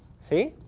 see?